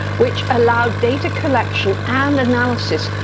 which allowed data collection and analysis,